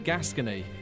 Gascony